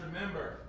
remember